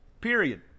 period